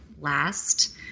last